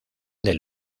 del